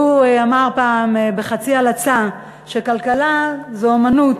והוא אמר פעם בחצי הלצה שכלכלה זו אמנות